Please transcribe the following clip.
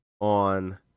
on